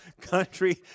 country